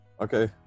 Okay